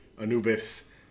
Anubis